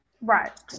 Right